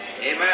Amen